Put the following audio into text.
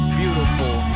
beautiful